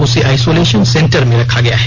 उसे isolation centre में रखा गया है